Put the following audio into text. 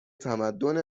تمدن